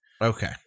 Okay